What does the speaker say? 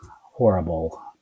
horrible